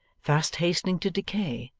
fast hastening to decay,